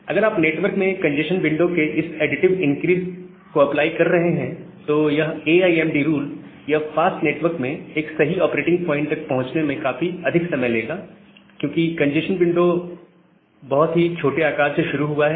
अगर आप नेटवर्क में कंजेस्शन विंडो के इस एडिटिव इनक्रीस अप्लाई कर रहे हैं तो यह A I M D rule यह फास्ट नेटवर्क में एक सही ऑपरेटिंग पॉइंट तक पहुंचने में काफी अधिक समय लेगा क्योंकि कंजेस्शन विंडो बहुत ही छोटे आकार से शुरू हुआ है